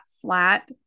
flat